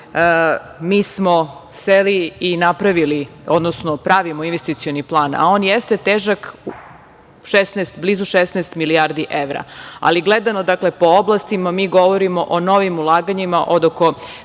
mi smo seli i napravili odnosno pravimo investicioni plan, a on jeste težak blizu 16 milijardi evra. Ali, gledamo dakle po oblastima mi govorimo o novim ulaganjima od oko